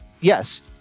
yes